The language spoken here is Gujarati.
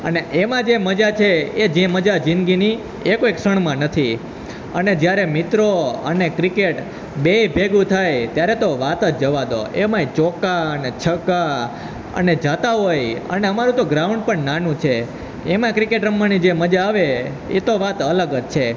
અને એમાં જે મજા છે એજે મજા જિંદગીની એ કોઈ ક્ષણમાં નથી અને જ્યારે મિત્રો અને ક્રિકેટ બેય ભેગું થાય ત્યારે તો વાત જ જવા દો એમાંય ચોક્કા અને છક્કા અને જતા હોય અને અમારું તો ગ્રાઉન્ડ પણ નાનું છે એમાં ક્રિકેટ રમવાની જે મજા આવે એતો વાત અલગ જ છે